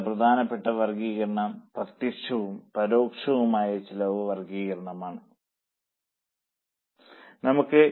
അടുത്ത പ്രധാനപ്പെട്ട വർഗ്ഗീകരണം പ്രത്യക്ഷവും പരോക്ഷവുമായ ചെലവ് വർഗ്ഗീകരണം ആണ്